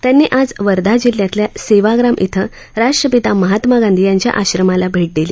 त्यांनी आज वर्धा जिल्ह्यातल्या सेवाग्राम इथं राष्ट्रपिता महात्मा गांधी यांच्या आश्रमाला भेट दिली